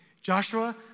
Joshua